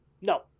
No